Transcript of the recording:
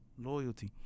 Loyalty